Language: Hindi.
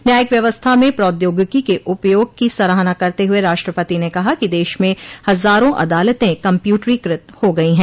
न्यायिक व्यावस्था में प्रौद्योगिकी के उपयोग की सराहना करते हुए राष्टपति ने कहा कि देश में हजारों अदालतें कम्प्यूटरीकृत हो गई हैं